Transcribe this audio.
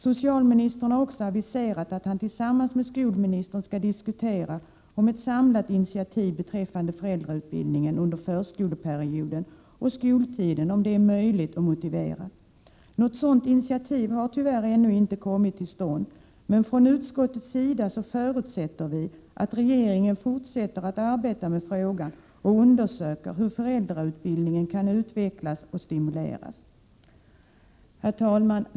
Socialministern har också aviserat att han tillsammans med skolministern skall diskutera frågan om ett samlat initiativ beträffande föräldrautbildningen under förskoleperioden och skoltiden är möjligt och motiverat. Något sådant initiativ har tyvärr ännu inte kommit till stånd, men från utskottets sida förutsätter vi att regeringen fortsätter att arbeta med frågan och undersöker hur föräldrautbildningen kan utvecklas och stimuleras. Herr talman!